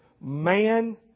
man